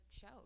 show